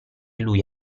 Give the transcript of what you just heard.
lui